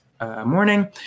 Morning